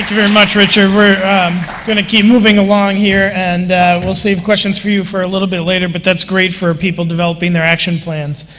very much, richard. we're going to keep moving along here, and we'll save questions for you for a little bit later. but that's great for people developing their action plans.